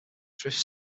drift